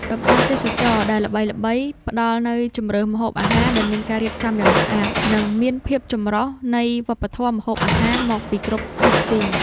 តំបន់ទេសចរណ៍ដែលល្បីៗ ផ្ដល់នូវជម្រើសម្ហូបអាហារដែលមានការរៀបចំយ៉ាងស្អាត និងមានភាពចម្រុះនៃវប្បធម៌ម្ហូបអាហារមកពីគ្រប់ទិសទី។